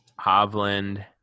Hovland